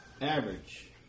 Average